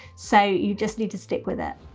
so you just need to stick with it.